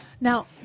Now